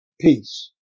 peace